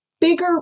Bigger